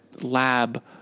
lab